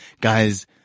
Guys